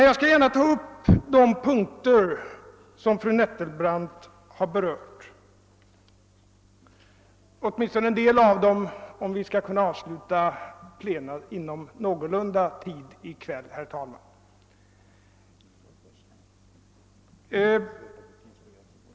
Jag skall gärna ta upp de punkter som fru Nettelbrandt har berört — eller åtminstone en del av dem, om vi skall kunna avsluta plenum någorlunda tidigt i kväll, herr talman.